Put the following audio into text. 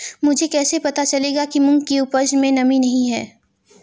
मुझे कैसे पता चलेगा कि मूंग की उपज में नमी नहीं है?